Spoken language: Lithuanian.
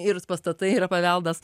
ir pastatai yra paveldas